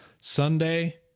Sunday